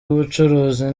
w’ubucuruzi